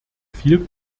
viel